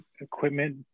equipment